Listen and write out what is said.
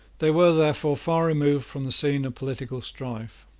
they were, therefore, far removed from the scene of political strife.